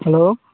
hello